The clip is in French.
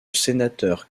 sénateur